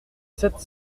sept